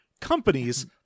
companies